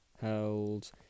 held